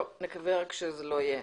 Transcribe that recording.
נקווה שזה שלא יהיה